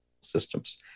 systems